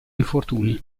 infortuni